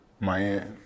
Miami